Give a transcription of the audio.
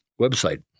website